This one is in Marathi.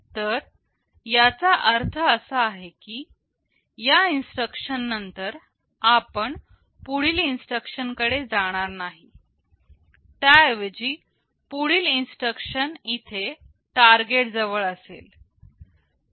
तर याचा अर्थ असा कि या इन्स्ट्रक्शन नंतर आपण पुढील इन्स्ट्रक्शन कडे जाणार नाही त्याऐवजी पुढील इन्स्ट्रक्शन इथे टारगेट जवळ असेल